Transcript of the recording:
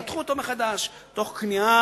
פתחו אותו מחדש תוך כניעה,